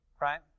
right